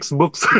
books